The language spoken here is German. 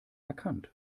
erkannt